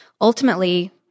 ultimately